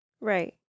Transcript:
Right